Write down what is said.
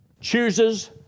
chooses